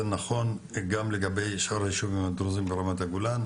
זה נכון גם לגבי שאר היישובים הדרוזים ברמת הגולן,